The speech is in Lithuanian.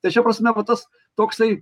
tai šia prasme va tas toksai